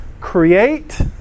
create